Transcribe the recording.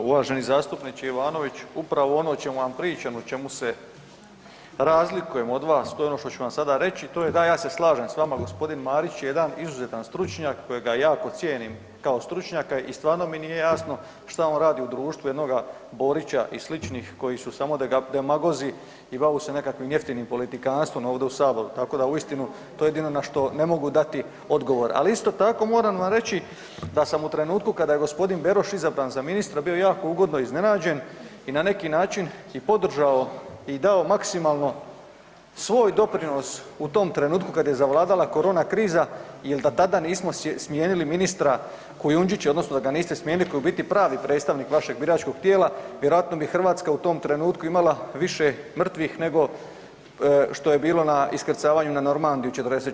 Evo uvaženi zastupniče Ivanović, upravo ono o čemu vam pričam, o čemu se razlikujemo od vas, to je ono što ću vam sada reći, to je, da, ja se slažem s vama, g. Marić je jedan izuzetan stručnjak kojega jako cijenim kao stručnjaka i stvarno mi nije jasno šta on radi u društvu jednoga Borića i sličnih koji su samo demagozi i bave se nekakvim jeftinim politikanstvom ovdje u Saboru, tako da uistinu, to je jedino na što ne mogu dati odgovor, ali isto tako moram vam reći da sam u trenutku kada je g. Beroš izabran za ministra, bio jako ugodno iznenađen i na neki način i podržao i dao maksimalno svoj doprinos u tom trenutku kad je zavladala korona kriza jer da tada nismo smijenili ministra Kujundžića odnosno da ga niste smijenili koji je u biti pravi predstavnik vašeg biračkog tijela, vjerojatno bi Hrvatska u tom trenutku imala više mrtvih nego što je bilo na iskrcavanju na Normandiju '44.